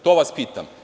To vas pitam.